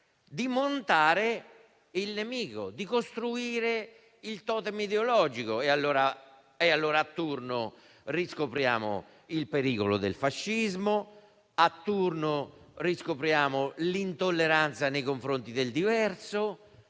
Di montare il nemico, di costruire il totem ideologico e, allora, a turno riscopriamo il pericolo del fascismo e l'intolleranza nei confronti del diverso.